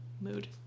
mood